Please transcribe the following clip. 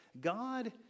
God